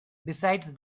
besides